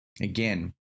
Again